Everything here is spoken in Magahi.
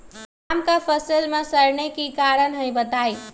आम क फल म सरने कि कारण हई बताई?